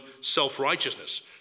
self-righteousness